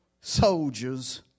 Soldiers